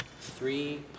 three